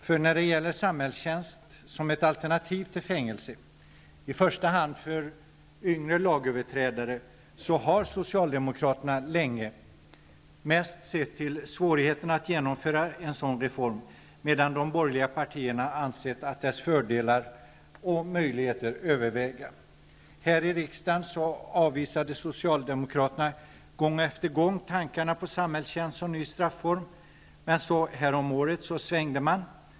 När det gäller samhällstjänst som ett alternativ till fängelse, i första hand för yngre lagöverträdare, har Socialdemokraterna länge mest sett till svårigheterna att genomföra en sådan reform medan de borgerliga partierna har ansett att fördelarna har övervägt. Socialdemokraterna avvisade tidigare här i riksdagen gång efter gång tankarna på samhällstjänst som en ny strafform. Men häromåret svängde de om.